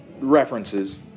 references